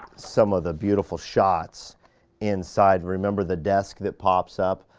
some of the beautiful shots inside. remember the desk that pops up?